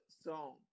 song